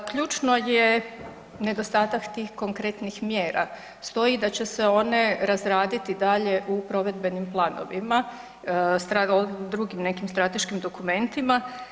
Ključno je nedostatak tih konkretnih mjera, stoji da će se one razraditi dalje u provedbenim planovima, drugim nekim strateškim dokumentima.